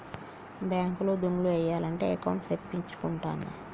bank లో దుడ్లు ఏయాలంటే అకౌంట్ సేపిచ్చుకుంటాన్న